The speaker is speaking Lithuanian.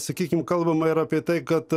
sakykim kalbama ir apie tai kad